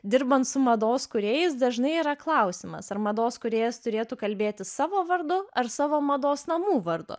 dirbant su mados kūrėjais dažnai yra klausimas ar mados kūrėjas turėtų kalbėti savo vardu ar savo mados namų vardu